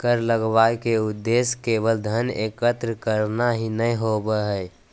कर लगावय के उद्देश्य केवल धन एकत्र करना ही नय होबो हइ